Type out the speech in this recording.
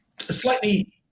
Slightly